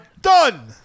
done